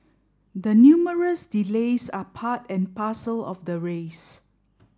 the numerous delays are part and parcel of the race